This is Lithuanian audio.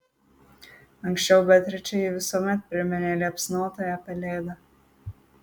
anksčiau beatričei ji visuomet priminė liepsnotąją pelėdą